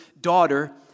daughter